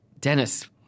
Dennis